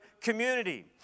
community